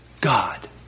God